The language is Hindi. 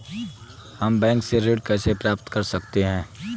हम बैंक से ऋण कैसे प्राप्त कर सकते हैं?